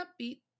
upbeat